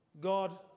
God